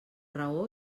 raó